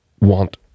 want